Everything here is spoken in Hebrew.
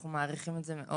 אנחנו מעריכים את זה מאוד.